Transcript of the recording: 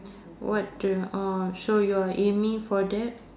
what do uh so you're aiming for that